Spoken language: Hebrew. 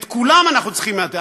את כולם אנחנו צריכים לידנו.